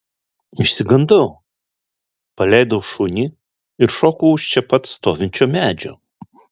išsigandau paleidau šunį ir šokau už čia pat stovinčio medžio